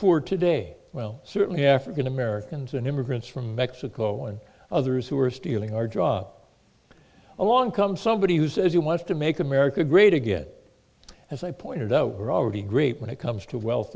poor today well certainly african americans and immigrants from mexico and others who are stealing our drugs along come somebody who says he wants to make america great again as i pointed out already great when it comes to wealth